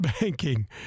banking